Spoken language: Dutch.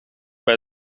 bij